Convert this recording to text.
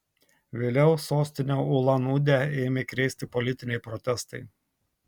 vėliau sostinę ulan udę ėmė krėsti politiniai protestai